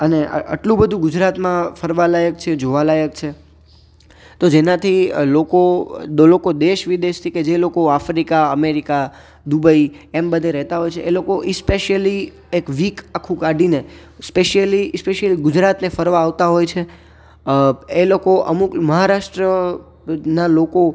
અને આટલું બધું ગુજરાતમાં ફરવાલાયક છે જોવાલાયક છે તો જેનાથી લોકો દેશ વિદેશથી કે જે લોકો આફ્રિકા અમેરિકા દુબઈ એમ બધે રહેતા હોય છે એ સ્પેશ્યલી એક વીક આખું કાઢીને સ્પેશિયલી એ સ્પેશ્યલ ગુજરાતને ફરવા આવતા હોય છે એ લોકો અમુક મહારાષ્ટ્રના લોકો